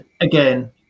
again